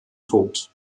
tod